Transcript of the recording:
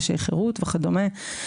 נשי חירות וכדומה.